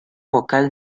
vocal